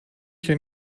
hier